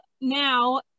now